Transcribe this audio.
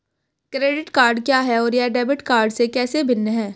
Credit card क्या है और यह डेबिट कार्ड से कैसे भिन्न है?